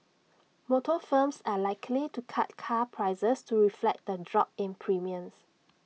motor firms are likely to cut car prices to reflect the drop in premiums